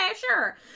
sure